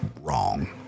Wrong